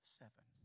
seven